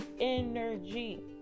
energy